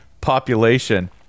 population